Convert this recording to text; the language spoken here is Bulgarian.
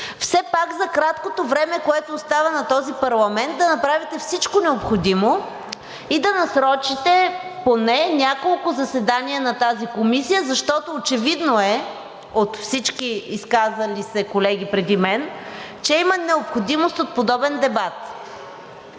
все пак за краткото време, което остава на този парламент, да направите всичко необходимо и да насрочите поне няколко заседания на тази комисия, защото очевидно е от всички изказали се колеги преди мен, че има необходимост от подобен дебат.